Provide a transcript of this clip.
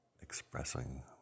expressing